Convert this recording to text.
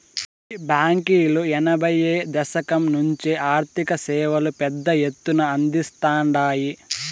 ఈ బాంకీలు ఎనభైయ్యో దశకం నుంచే ఆర్థిక సేవలు పెద్ద ఎత్తున అందిస్తాండాయి